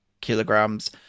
kilograms